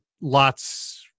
lots